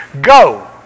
go